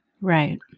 Right